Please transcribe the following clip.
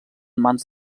mans